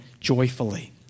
joyfully